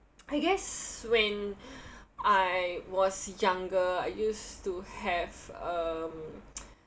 I guess when I was younger I used to have um